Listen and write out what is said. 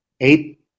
eight